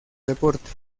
deporte